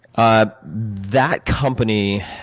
ah that company